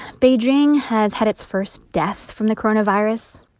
beijing has had its first death from the coronavirus.